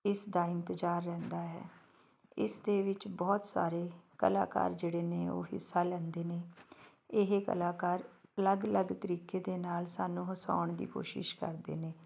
ਇਸ ਦੀ ਇੰਤਜ਼ਾਰ ਰਹਿੰਦਾ ਹੈ ਇਸ ਦੇ ਵਿੱਚ ਬਹੁਤ ਸਾਰੇ ਕਲਾਕਾਰ ਜਿਹੜੇ ਨੇ ਉਹ ਹਿੱਸਾ ਲੈਂਦੇ ਨੇ ਇਹ ਕਲਾਕਾਰ ਅਲੱਗ ਅਲੱਗ ਤਰੀਕੇ ਦੇ ਨਾਲ ਸਾਨੂੰ ਹਸਾਉਣ ਦੀ ਕੋਸ਼ਿਸ਼ ਕਰਦੇ ਨੇ